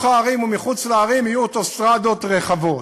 הערים ומחוץ לערים יהיו אוטוסטרדות רחבות.